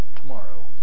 tomorrow